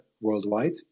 worldwide